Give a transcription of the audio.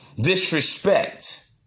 disrespect